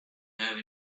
have